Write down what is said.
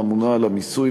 האמונה על המיסוי,